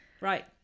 right